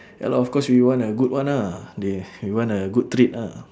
ya lor of course we want a good one lah they we want a good treat lah